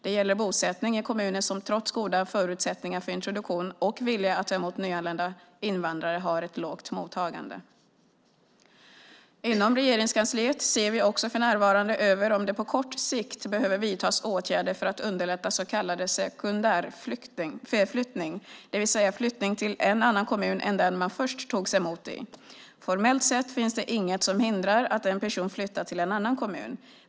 Det gäller bosättning i kommuner som trots goda förutsättningar för introduktion och vilja att ta emot nyanlända invandrare har ett lågt mottagande. Inom Regeringskansliet ser vi också för närvarande över om det på kort sikt behöver vidtas åtgärder för att underlätta så kallad sekundärflyttning, det vill säga flyttning till en annan kommun än den man först togs emot i. Formellt sett finns det inget som hindrar att en person flyttar till en annan kommun.